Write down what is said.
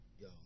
Yo